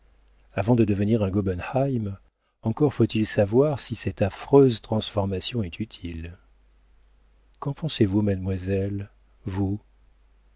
avant de devenir un gobenheim encore faut-il savoir si cette affreuse transformation est utile qu'en pensez-vous mademoiselle vous